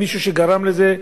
מי שגרם לזה,